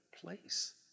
place